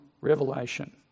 revelation